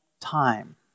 time